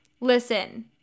listen